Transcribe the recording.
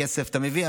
כסף אתה מביא,